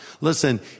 Listen